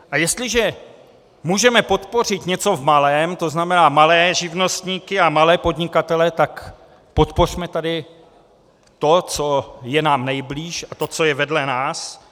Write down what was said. A jestliže můžeme podpořit něco v malém, to znamená malé živnostníky a malé podnikatele, tak podpořme tady to, co je nám nejblíž, a to, co je vedle nás.